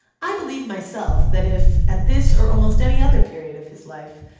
i believe myself, that if, at this or almost any other period of his life,